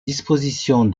dispositions